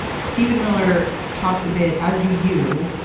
steven miller talks a bit, as do you,